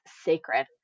sacred